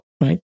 Right